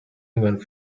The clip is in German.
jüngern